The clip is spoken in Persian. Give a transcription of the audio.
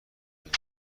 نبود